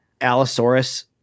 Allosaurus